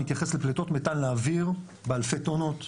מתייחס לפליטות מתאן לאוויר באלפי טונות,